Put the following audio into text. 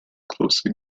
closely